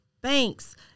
banks